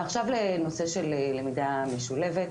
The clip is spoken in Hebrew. ועכשיו לנושא של למידה משולבת,